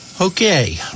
Okay